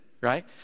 right